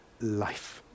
life